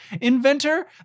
inventor